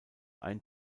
ein